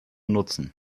nutzen